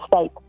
state